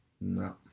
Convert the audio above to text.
No